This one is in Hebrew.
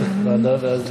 ועדה.